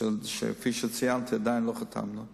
שכפי שציינתי עדיין לא חתמנו עליו,